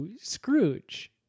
Scrooge